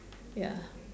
ya